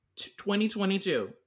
2022